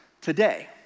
today